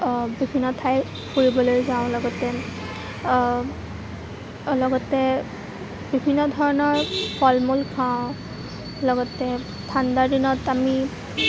বিভিন্ন ঠাই ফুৰিবলৈ যাওঁ লগতে লগতে বিভিন্ন ধৰণৰ ফল মূল খাওঁ লগতে ঠাণ্ডা দিনত আমি